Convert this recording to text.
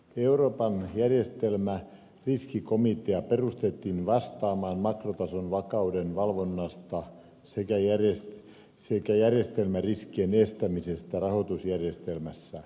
euroopan järjestelmä riskikomitea perustettiin vastaamaan makrotason vakauden valvonnasta sekä järjestelmäriskien estämisestä rahoitusjärjestelmässä